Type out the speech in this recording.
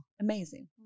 Amazing